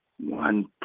one